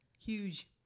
Huge